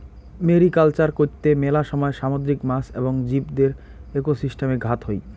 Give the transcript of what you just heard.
mariculture কৈত্তে মেলা সময় সামুদ্রিক মাছ এবং জীবদের একোসিস্টেমে ঘাত হই